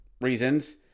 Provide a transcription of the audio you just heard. reasons